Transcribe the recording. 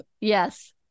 Yes